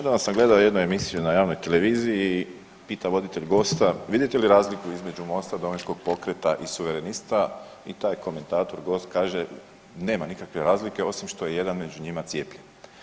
Nedavno sam gledao jednu emisiju na javnoj televiziji i pitao je voditelj gosta, vidite li razliku između Mosta, Domovinskog pokreta i Suverenista i taj komentator, gost kaže, nema nikakve razlike osim što je jedna među njima cijepljen.